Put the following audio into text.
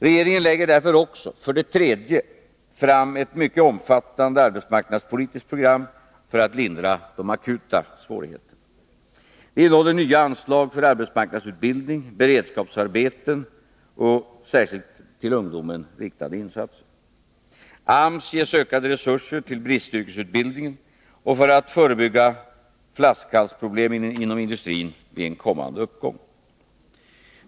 Regeringen lägger därför också, för det tredje, fram ett mycket omfattande arbetsmarknadspolitiskt program för att lindra de akuta svårigheterna. Det innehåller nya anslag för arbetsmarknadsutbildning, beredskapsarbeten och särskilt till ungdomen riktade insatser. AMS ges ökade resurser till bristyrkesutbildning för att förebygga flaskhalsproblem inom industrin vid en kommande uppgång.